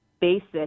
basic